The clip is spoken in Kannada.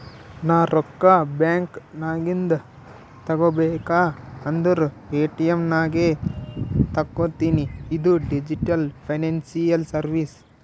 ನಾ ರೊಕ್ಕಾ ಬ್ಯಾಂಕ್ ನಾಗಿಂದ್ ತಗೋಬೇಕ ಅಂದುರ್ ಎ.ಟಿ.ಎಮ್ ನಾಗೆ ತಕ್ಕೋತಿನಿ ಇದು ಡಿಜಿಟಲ್ ಫೈನಾನ್ಸಿಯಲ್ ಸರ್ವೀಸ್